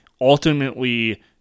ultimately